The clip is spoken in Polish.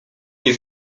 nie